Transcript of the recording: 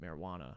marijuana